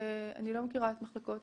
אני לא מכירה את מחלקות